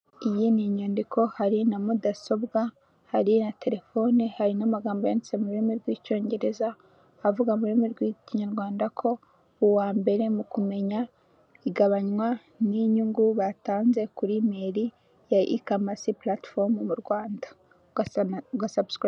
Iyi ni inyandiko hari na mudasobwa hari na telefoni hari n'amagambo yanditse mu rurimi rw'icyongereza avuga mu rurimi rw'ikinyarwanda ko uwa mbere mu kumenya igabanywa n'inyungu batanze kuri imairi ya ikamasi platifomu mu rwanda.